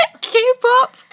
K-pop